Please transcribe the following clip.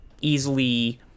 easily